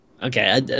Okay